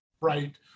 right